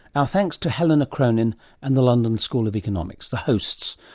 our thanks to helena cronin and the london school of economics, the hosts,